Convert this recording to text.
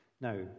Now